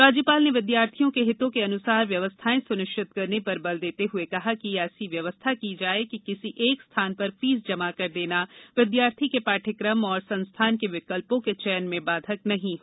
राज्यपाल ने विद्यार्थियों के हितों के अनुसार व्यवस्थाएँ सुनिश्चित करने पर बल देते हुए कहा कि ऐसी व्यवस्था की जाये कि किसी एक स्थान पर फीस जमा कर देना विद्यार्थी के पाठ्यक्रम और संस्थान के विकल्पों के चयन में बाधक नहीं हो